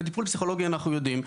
לטיפול פסיכולוגי אנחנו יודעים.